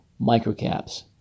microcaps